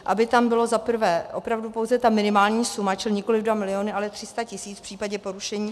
Aby tam byla za prvé opravdu pouze ta minimální suma, čili nikoliv 2 miliony, ale 300 tisíc v případě porušení.